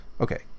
Okay